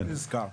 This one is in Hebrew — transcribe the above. כל מה שנזכר פה.